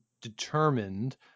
determined